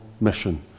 mission